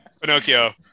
pinocchio